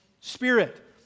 spirit